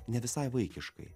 ne visai vaikiškai